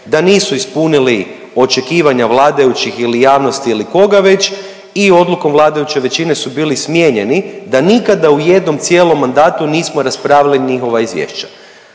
da nisu ispunili očekivanja vladajućih ili javnosti ili koga već i odlukom vladajuće većine su bili smijenjeni da nikada u jednom cijelom mandatu nismo raspravljali njihova mandata.